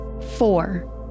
Four